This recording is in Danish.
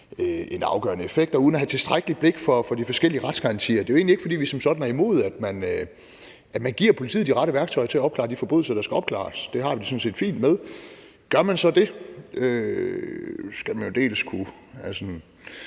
afgørende effekt, og uden at have tilstrækkeligt blik for de forskellige retsgarantier. Det er jo egentlig ikke, fordi vi som sådan er imod, at man giver politiet de rette værktøjer til at opklare de forbrydelser, der skal opklares. Det har vi det sådan set fint med. Gør man så det, skal man jo dels kunne